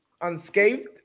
unscathed